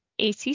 ACC